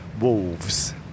wolves